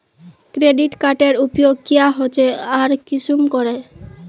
Credit कार्डेर उपयोग क्याँ होचे आर कुंसम करे?